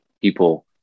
people